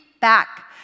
back